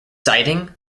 siding